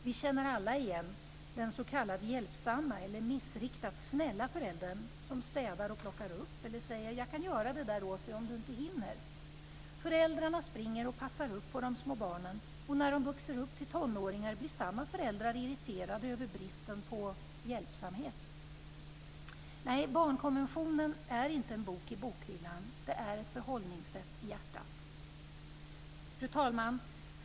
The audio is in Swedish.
Vi känner alla igen den s.k. hjälpsamma eller missriktat snälla föräldern som städar och plockar upp, eller säger: Jag kan göra det där åt dig om du inte hinner. Föräldrarna springer och passar upp på de små barnen, och när de växer upp till tonåringar blir samma föräldrar irriterade över bristen på "hjälpsamhet". Nej, barnkonventionen är inte en bok i bokhyllan - det är ett förhållningssätt i hjärtat. Fru talman!